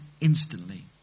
instantly